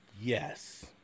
Yes